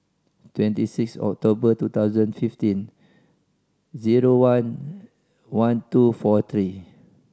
twenty six October two thousand fifteen zero one one two four three